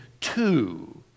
two